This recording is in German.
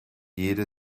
jede